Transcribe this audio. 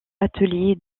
atelier